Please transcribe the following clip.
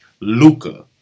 Luca